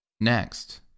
Next